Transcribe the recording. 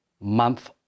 month